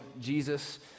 Jesus